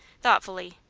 thoughtfully.